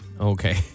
Okay